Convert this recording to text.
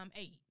eight